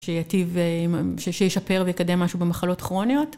שייטיב עם אמ.. שישפר ויקדם משהו במחלות כרוניות.